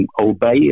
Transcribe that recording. obey